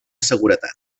seguretat